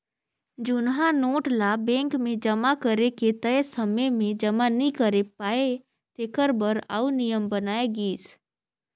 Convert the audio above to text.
जुनहा नोट ल बेंक मे जमा करे के तय समे में जमा नी करे पाए तेकर बर आउ नियम बनाय गिस